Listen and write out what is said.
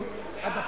עד הפגרה.